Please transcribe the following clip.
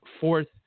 fourth